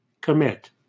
commit